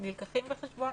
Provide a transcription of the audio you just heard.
נלקחים בחשבון.